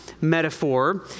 metaphor